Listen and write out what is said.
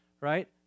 right